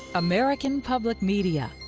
american public media